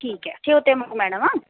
ठीक आहे ठेवते मग मॅडम हा